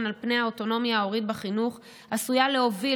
על האוטונומיה ההורית בחינוך עשויה להוביל